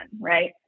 right